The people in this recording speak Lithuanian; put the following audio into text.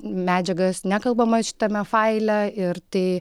medžiagas nekalbama šitame faile ir tai